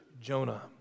Jonah